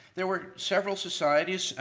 there were several societies,